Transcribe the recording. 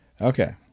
Okay